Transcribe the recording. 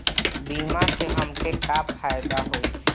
बीमा से हमके का फायदा होई?